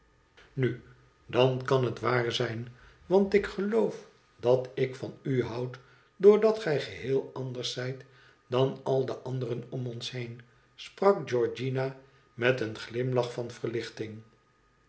nui dan kan het waar zijn want ik geloof dat ik van u houd doordat gij geheel anders zijt dan al de anderen om ons heen sprak georgiana met een glimlach van verlichting